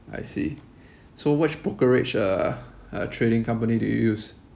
I see so which brokerage uh uh trading company do you use